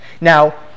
Now